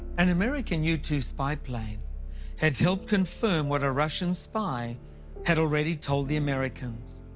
an american u two spy plane had helped confirm what a russian spy had already told the americans,